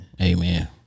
Amen